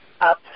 up